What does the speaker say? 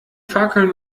fackeln